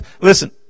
Listen